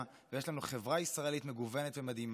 כי יש לנו מדינה מדהימה ויש לנו חברה ישראלית מגוונת ומדהימה